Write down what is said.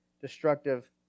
destructive